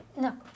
No